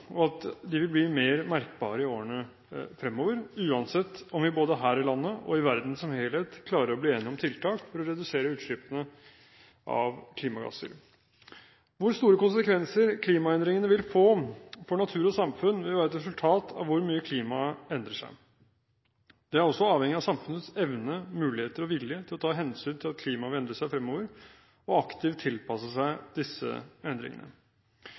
og at de vil bli mer merkbare i årene fremover, uansett om vi både her i landet og i verden som helhet klarer å bli enige om tiltak for å redusere utslippene av klimagasser. Hvor store konsekvenser klimagassene vil få for natur og samfunn, vil være et resultat at hvor mye klimaet endrer seg. Det er også avhengig av samfunnets evne, muligheter og vilje til å ta hensyn til at klimaet vil endre seg fremover og aktivt tilpasse seg disse endringene.